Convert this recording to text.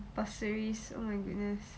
pasir ris oh my goodness